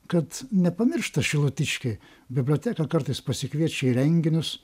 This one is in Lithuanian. kad nepamiršta šilutiškiai biblioteka kartais pasikviečia į renginius